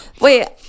Wait